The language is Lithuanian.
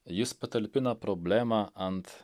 jis patalpina problemą ant